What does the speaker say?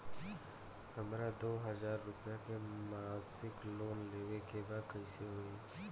हमरा दो हज़ार रुपया के मासिक लोन लेवे के बा कइसे होई?